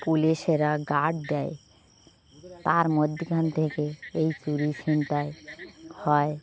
পুলিশেরা guard দেয় তার মধ্যেখান থেকে এই চুরি ছিনতাই হয়